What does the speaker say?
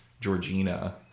Georgina